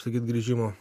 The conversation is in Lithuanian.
sakyt grįžimo